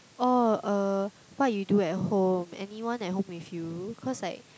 oh uh what you do at home anyone at home with you cause like